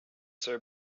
sir